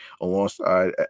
alongside